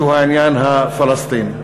שהוא העניין הפלסטיני.